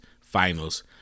Finals